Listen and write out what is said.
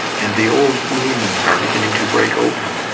and the old wounds are beginning to break open.